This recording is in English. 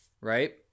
Right